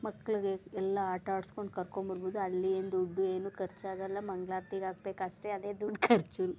ಮಕ್ಳುಗೆ ಎಲ್ಲ ಆಟ ಆಡಿಸ್ಕೊಂಡ್ ಕರ್ಕೊಂಡು ಬರ್ಬೋದು ಅಲ್ಲಿ ಏನು ದುಡ್ಡು ಏನು ಖರ್ಚಾಗಲ್ಲ ಮಂಗಳಾರ್ತಿಗ್ ಹಾಕ್ಬೇಕಷ್ಟೆ ಅದೇ ದುಡ್ಡು ಖರ್ಚು